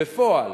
בפועל,